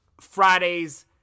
Friday's